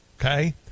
okay